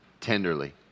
tenderly